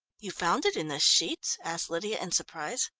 you found it in the sheets? asked lydia in surprise.